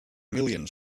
millions